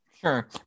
Sure